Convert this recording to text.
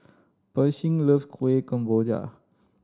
Pershing loves Kueh Kemboja